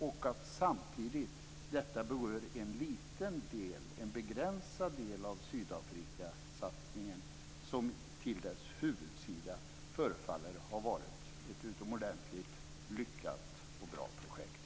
Detta berör samtidigt en liten begränsad del av Sydafrikasatsningen, som till dess huvudsida förefaller ha varit ett utomordentligt lyckat och bra projekt.